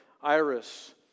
Iris